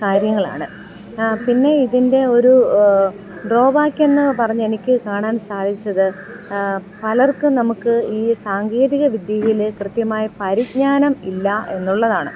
കാര്യങ്ങളാണ് പിന്നെ ഇതിൻ്റെ ഒരു ഡ്രോബാക്ക് എന്നു പറഞ്ഞു എനിക്ക് കാണാൻ സാധിച്ചത് പലർക്കും നമുക്ക് ഈ സാങ്കേതികവിദ്യയിൽ കൃത്യമായി പരിജ്ഞാനം ഇല്ല എന്നുള്ളതാണ്